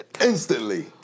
instantly